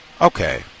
Okay